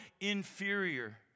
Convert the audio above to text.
inferior